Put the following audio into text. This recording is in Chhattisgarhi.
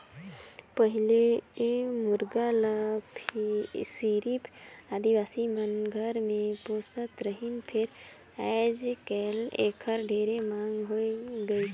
पहिले ए मुरगा ल सिरिफ आदिवासी मन घर मे पोसत रहिन फेर आयज कायल एखर ढेरे मांग होय गइसे